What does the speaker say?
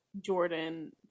Jordan